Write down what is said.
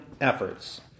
Efforts